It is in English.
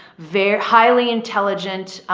very highly intelligent,